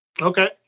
okay